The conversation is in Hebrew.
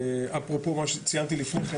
אפרופו מה שציינתי לפני כן,